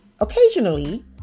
Occasionally